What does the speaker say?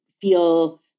feel